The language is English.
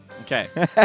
Okay